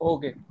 Okay